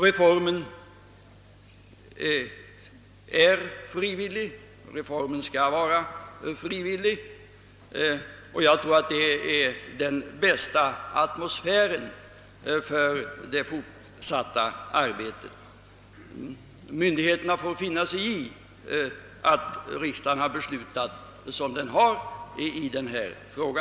Reformen är frivillig och den skall vara frivillig. Jag tror att det ger den bästa atmosfären för det fortsatta arbetet. Myndigheterna får finna sig i att riksdagen beslutat som den gjort i denna fråga.